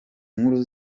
nkuru